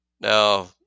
Now